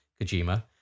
Kojima